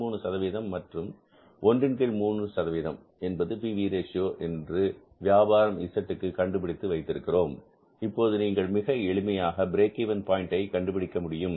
33 மற்றும் ஒன்றின் கீழ் 3 சதவீதம் என்பது பிவி ரேஷியோ என்று வியாபாரம் Zக்கு கண்டுபிடித்து வைத்திருக் கிறோம் இப்போது நீங்கள் மிக எளிமையாக பிரேக் இவென் பாயின்ட் என்பதை கண்டுபிடிக்க முடியும்